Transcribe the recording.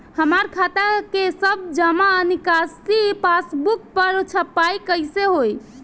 हमार खाता के सब जमा निकासी पासबुक पर छपाई कैसे होई?